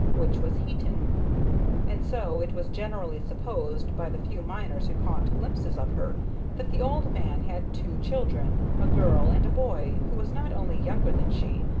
which was heaton and so it was generally supposed by the few miners who caught glimpses of her that the old man had two children a girl, and a boy who was not only younger than she,